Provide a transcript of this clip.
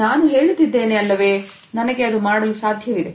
ನಾನು ಹೇಳುತ್ತಿದ್ದೇನೆ ಅಲ್ಲವೇ ನನಗೆ ಇದು ಮಾಡಲು ಸಾಧ್ಯವಿದೆ